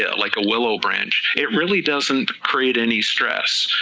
yeah like a willow branch, it really doesn't create any stress,